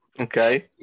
Okay